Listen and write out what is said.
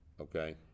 okay